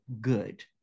good